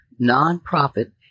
nonprofit